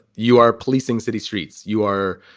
you are policing city streets. you are.